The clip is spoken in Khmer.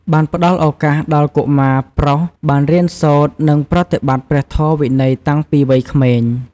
បានផ្ដល់ឱកាសដល់កុមារប្រុសបានរៀនសូត្រ និងប្រតិបត្តិព្រះធម៌វិន័យតាំងពីវ័យក្មេង។